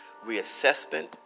reassessment